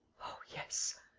oh, yes,